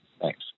Thanks